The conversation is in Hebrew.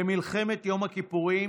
במלחמת יום הכיפורים,